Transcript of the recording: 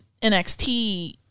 NXT